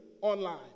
online